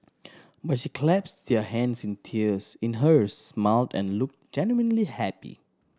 but she clasped their hands in tears in hers smiled and looked genuinely happy